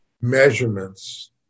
measurements